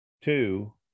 Two